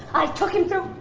i took him through